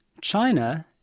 China